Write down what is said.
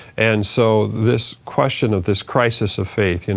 and so this question of this crisis of faith, and